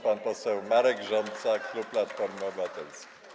Pan poseł Marek Rząsa, klub Platformy Obywatelskiej.